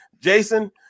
Jason